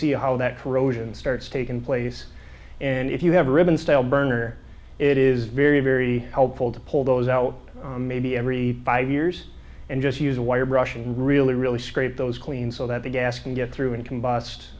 see how that corrosion starts taken place and if you have a ribbon style burner it is very very helpful to pull those out maybe every five years and just use a wire brush and really really scrape those clean so that the gas can get through and combust